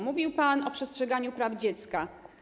Mówił pan o przestrzeganiu praw dziecka.